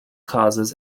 causes